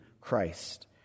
Christ